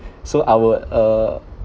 so I would uh